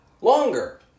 longer